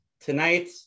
Tonight